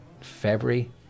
February